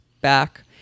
back